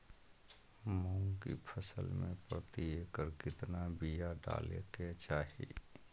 मूंग की फसल में प्रति एकड़ कितना बिया डाले के चाही?